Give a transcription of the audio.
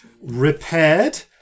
repaired